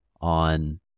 on